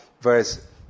verse